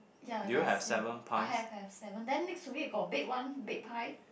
ya ya same I have have seven then next to it got big one big pie